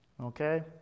Okay